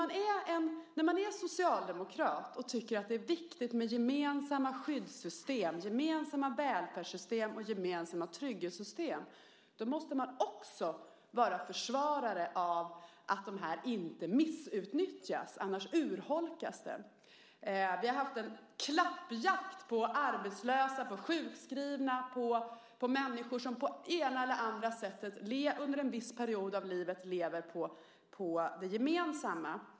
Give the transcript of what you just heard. När man är socialdemokrat och tycker att det är viktigt med gemensamma skyddssystem, gemensamma välfärdssystem och gemensamma trygghetssystem måste man också vara försvarare av att de inte missutnyttjas. Annars urholkas de. Vi har haft en klappjakt på arbetslösa, sjukskrivna och människor som på ena eller andra sättet under en viss period av livet lever på det gemensamma.